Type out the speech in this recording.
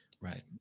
Right